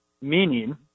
meaning